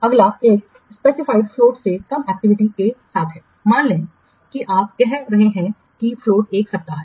अगला एक specified float से कम एक्टिविटीयों के साथ है मान लें कि आप कह रहे हैं कि फ़्लोट एक सप्ताह है